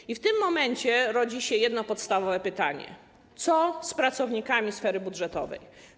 I w tym momencie rodzi się jedno podstawowe pytanie: Co z pracownikami sfery budżetowej?